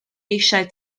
eisiau